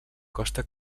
costa